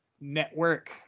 network